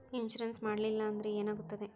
Insurance ಮಾಡಲಿಲ್ಲ ಅಂದ್ರೆ ಏನಾಗುತ್ತದೆ?